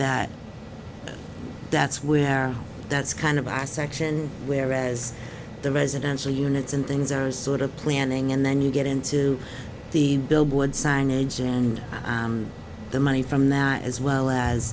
that that's where that's kind of our section whereas the residential units and things are sort of planning and then you get into the billboard signage and the money from that as well as